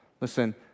listen